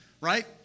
Right